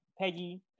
Peggy